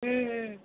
ہوں ہوں